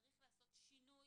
צריך לעשות שינוי